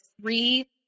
three